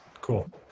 Cool